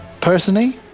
Personally